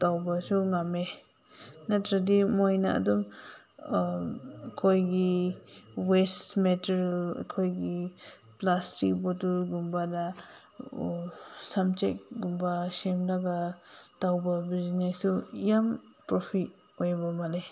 ꯇꯧꯕꯁꯨ ꯉꯝꯃꯦ ꯅꯠꯇ꯭ꯔꯗꯤ ꯃꯣꯏꯅ ꯑꯗꯨꯝ ꯑꯩꯈꯣꯏꯒꯤ ꯋꯦꯁ ꯃꯦꯇꯔꯤꯌꯦꯜ ꯑꯩꯈꯣꯏꯒꯤ ꯄ꯭ꯂꯥꯁꯇꯤꯛ ꯕꯣꯠꯇꯜꯒꯨꯝꯕꯗ ꯁꯝꯖꯦꯠꯀꯨꯝꯕ ꯁꯦꯝꯂꯒ ꯇꯧꯕ ꯕꯤꯖꯤꯅꯦꯖꯇꯨ ꯌꯥꯝ ꯄ꯭ꯔꯣꯐꯤꯠ ꯑꯣꯏꯕ ꯃꯥꯜꯂꯦ